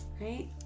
right